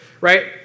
Right